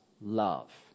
love